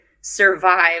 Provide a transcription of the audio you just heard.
survive